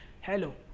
Hello